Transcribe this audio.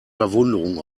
verwunderung